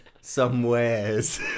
somewheres